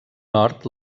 nord